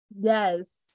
yes